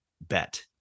bet